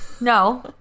No